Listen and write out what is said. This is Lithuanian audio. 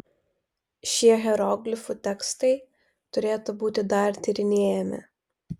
šie hieroglifų tekstai turėtų būti dar tyrinėjami